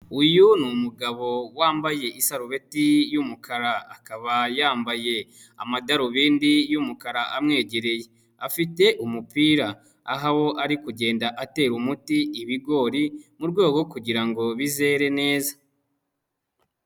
Uyu ni umugabo wambaye isarubeti y'umukara, akaba yambaye amadarubindi y'umukara amwegereye, afite umupira aho ari kugenda atera umuti ibigori murwego rwo kugira ngo bizere neza.